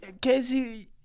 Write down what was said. Casey